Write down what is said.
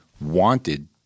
wanted